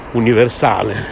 universale